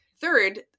Third